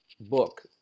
book